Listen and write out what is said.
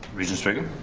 regent sviggum.